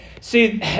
see